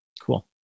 Cool